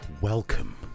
Welcome